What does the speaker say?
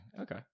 Okay